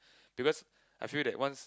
because I feel that once